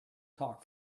talk